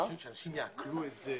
עד שאנשים יעכלו את זה?